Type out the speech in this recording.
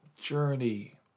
journey